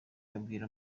abwira